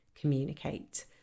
communicate